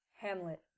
Hamlet